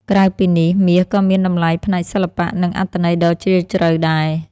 ក្រៅពីនេះ មាសក៏មានតម្លៃផ្នែកសិល្បៈ និងអត្ថន័យដ៏ជ្រាលជ្រៅដែរ។